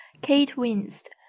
kate winced.